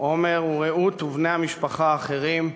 עומר ורעות, ובני המשפחה האחרים,